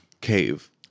cave